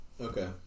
Okay